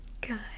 good